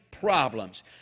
problems